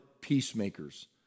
peacemakers